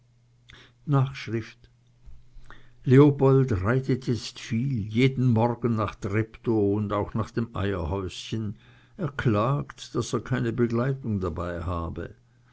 nachschrift leopold reitet jetzt viel jeden morgen nach treptow und auch nach dem eierhäuschen er klagt daß er keine begleitung dabei habe